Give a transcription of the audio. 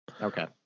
Okay